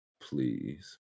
Please